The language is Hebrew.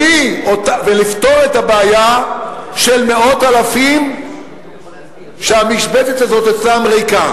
ולפתור את הבעיה של מאות אלפים שהמשבצת הזאת אצלם ריקה.